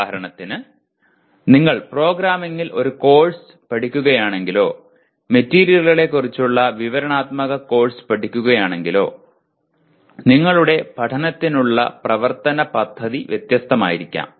ഉദാഹരണത്തിന് നിങ്ങൾ പ്രോഗ്രാമിംഗിൽ ഒരു കോഴ്സ് പഠിക്കുകയാണെങ്കിലോ മെറ്റീരിയലുകളെക്കുറിച്ചുള്ള വിവരണാത്മക കോഴ്സ് പഠിക്കുകയാണെങ്കിലോ നിങ്ങളുടെ പഠനത്തിനുള്ള പ്രവർത്തന പദ്ധതി വ്യത്യസ്തമായിരിക്കും